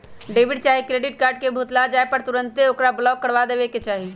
debit चाहे credit card के भुतला जाय पर तुन्ते ओकरा ब्लॉक करबा देबेके चाहि